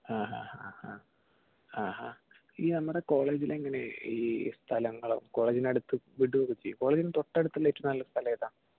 ആ ആ ആ ആ ആ ആ ഈ നമ്മുടെ കോളേജിലെങ്ങനെയാണ് ഈ സ്ഥലങ്ങളും കോളേജിനടുത്ത് വിടുവോക്കേ ചെയ്യുവോ കോളേജിൻ്റെ തൊട്ട് അടുത്തുള്ള ഏറ്റോം നല്ല സ്ഥലം ഏതാണ്